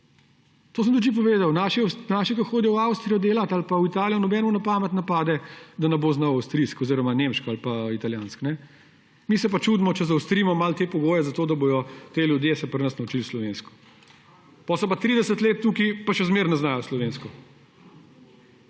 To sem tudi že povedal, da naši, ki hodijo v Avstrijo delat ali pa v Italijo, nobenemu na pamet ne pade, da ne bo znal avstrijsko oziroma nemško ali pa italijansko. Mi se pa čudimo, če zaostrimo malo te pogoje, zato da se bojo ti ljudje pri nas naučil slovensko. Potem so pa 30 let tukaj, pa še zmeraj ne znajo slovensko.